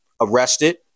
arrested